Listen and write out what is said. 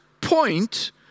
point